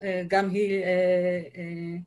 ‫גם היא...